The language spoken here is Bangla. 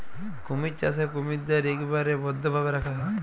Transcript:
কুমির চাষে কুমিরদ্যার ইকবারে বদ্ধভাবে রাখা হ্যয়